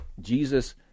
Jesus